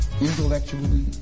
intellectually